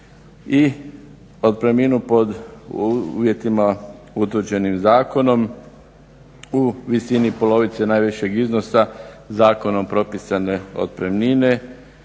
I otpremninu pod uvjetima utvrđenim zakonom u visini polovice najvišeg iznosa zakonom propisane otpremnine,